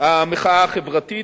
המחאה החברתית.